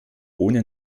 ohne